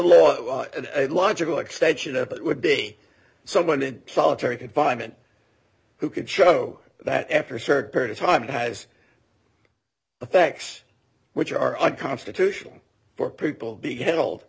a logical extension of it would be someone in solitary confinement who could show that after a certain period of time it has effects which are unconstitutional for people be handled